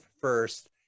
first